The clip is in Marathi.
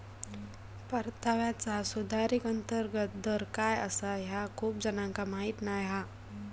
परताव्याचा सुधारित अंतर्गत दर काय आसा ह्या खूप जणांका माहीत नाय हा